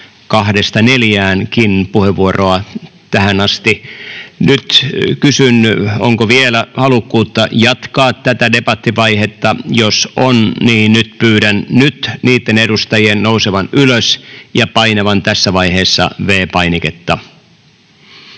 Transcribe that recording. kahdesta neljäänkin puheenvuoroa tähän asti. Nyt kysyn, onko vielä halukkuutta jatkaa tätä debattivaihetta. Jos on, niin pyydän nyt niitten edustajien nousevan ylös ja painavan tässä vaiheessa V-painiketta.